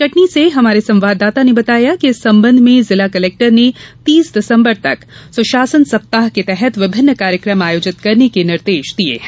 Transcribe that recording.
कटनी से हमारे संवाददाता ने बताया कि इस संबंध में जिला कलेक्टर ने तीस दिसंबर तक सुशासन सप्ताह के तहत विभिन्न कार्यक्रम आयोजित करने के निर्देश दिये हैं